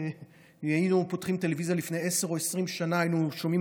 כשהיינו פותחים טלוויזיה לפני 10 או 20 שנה היינו שומעים